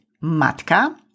Matka